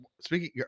speaking